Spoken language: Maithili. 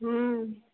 हँ